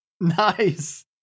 Nice